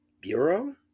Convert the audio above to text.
Bureau